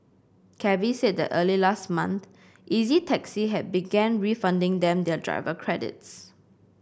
Cabbies said that early last month Easy Taxi had began refunding them their driver credits